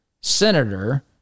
senator